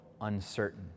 uncertain